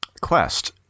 Quest